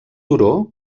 turó